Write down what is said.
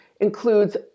includes